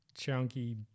chunky